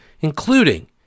including